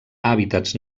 hàbitats